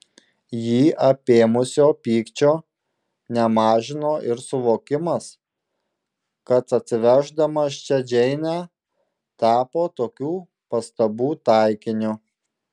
jį apėmusio pykčio nemažino ir suvokimas kad atsiveždamas čia džeinę tapo tokių pastabų taikiniu